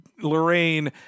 Lorraine